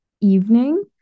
evening